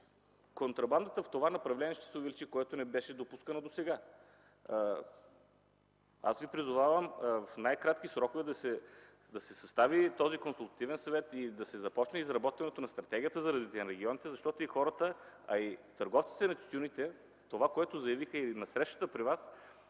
контрабандата в това направление ще се увеличи, което досега не беше допускано. Призовавам Ви в най-кратки срокове да се състави този Консултативен съвет и да се започне изработването на Стратегията за развитие на регионите, защото и хората, а и търговците на тютюни – това, което заявиха и на срещата при Вас,